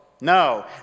No